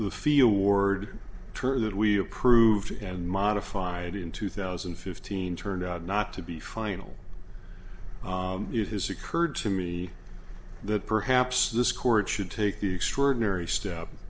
the feel word target we approved and modified in two thousand and fifteen turned out not to be final his occurred to me that perhaps this court should take the extraordinary step